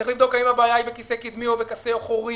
צריך לבדוק האם הבעיה היא בכיסא קדמי או בכיסא אחורי,